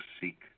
seek